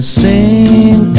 sing